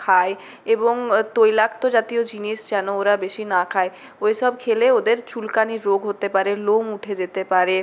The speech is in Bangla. খায় এবং তৈলাক্ত জাতীয় জিনিস যেন ওরা বেশি না খায় ওইসব খেলে ওদের চুলকানির রোগ হতে পারে লোম উঠে যেতে পারে